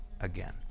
again